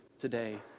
today